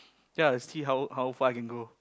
then I'll see how how far I can go